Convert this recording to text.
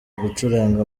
gucuranga